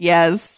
Yes